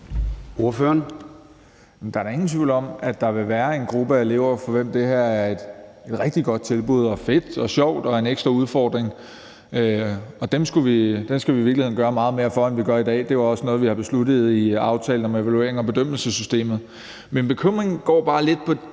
Der er da ingen tvivl om, at der vil være en gruppe af elever, for hvem det her er et rigtig godt tilbud – at det er fedt og sjovt og en ekstra udfordring. Og dem skal vi i virkeligheden gøre meget mere for, end vi gør i dag. Det er også noget, vi har besluttet i »Aftale om det fremtidige evaluerings- og bedømmelsessystem i folkeskolen«. Min bekymring går bare lidt på